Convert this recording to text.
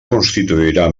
constituirà